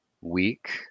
week